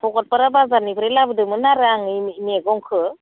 भकतपारा बाजारनिफ्राय लाबोदोमोन आरो आं ओइ मैगंखो